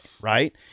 right